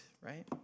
Right